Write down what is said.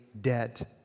dead